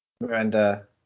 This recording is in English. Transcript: Miranda